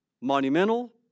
monumental